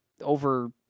over